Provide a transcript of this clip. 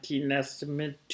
estimate